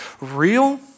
real